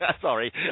Sorry